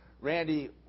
Randy